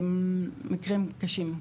מקרים קשים.